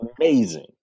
amazing